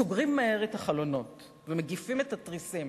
סוגרים מהר את החלונות ומגיפים את התריסים